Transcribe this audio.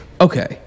okay